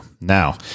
Now